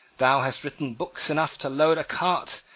thou hast written books enough to load a cart,